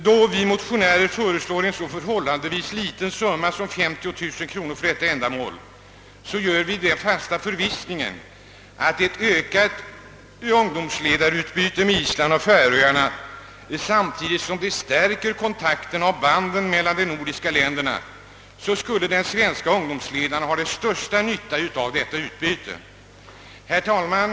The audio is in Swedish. Då vi motionärer föreslår en så förhållandevis liten summa som 50 000 kronor för detta ändamål, gör vi det i den fasta förvissningen, att ett ökat ungdomsledarutbyte med Island och Färöarna samtidigt som det stärker kontakten och banden med de nordiska länderna skulle bli till största nytta för de svenska ungdomsledarna. Herr talman!